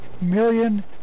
million